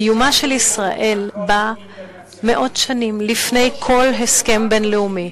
קיומה של ישראל בא מאות שנים לפני כל הסכם בין-לאומי.